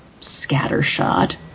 scattershot